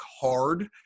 hard